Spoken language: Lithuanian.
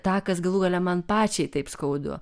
tą kas galų gale man pačiai taip skaudu